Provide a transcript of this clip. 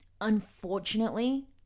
unfortunately